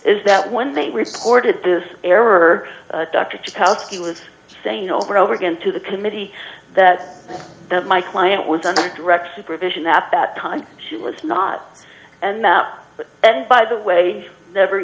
is that when they reported this error dr kathy was saying over and over again to the committee that that my client with direct supervision at that time she was not and that and by the way never